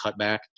cutback